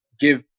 give